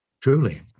truly